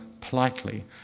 politely